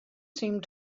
seemed